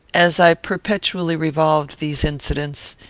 as i perpetually revolved these incidents,